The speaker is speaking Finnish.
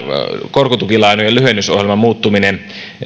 korkotukilainojen lyhennysohjelman muuttuminen